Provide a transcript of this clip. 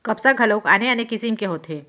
कपसा घलोक आने आने किसिम के होथे